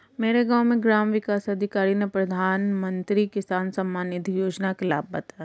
मेरे गांव में ग्राम विकास अधिकारी ने प्रधानमंत्री किसान सम्मान निधि योजना के लाभ बताएं